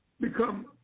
become